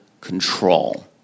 control